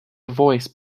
voice